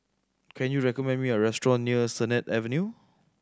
can you recommend me a restaurant near Sennett Avenue